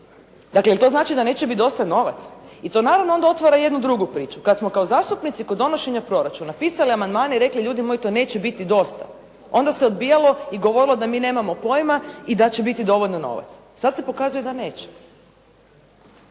Dakle jel' to znači da neće biti dosta novaca? I to naravno onda otvara jednu drugu priču. Kad smo kao zastupnici kod donošenja proračuna pisali amandmane i rekli: «Ljudi moji to neće biti dosta.» Onda se odbijalo i govorilo da mi nemamo pojma i da će biti dovoljno novaca. Sad se pokazuje da neće.